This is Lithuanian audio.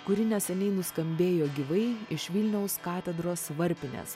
kuri neseniai nuskambėjo gyvai iš vilniaus katedros varpinės